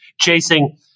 chasing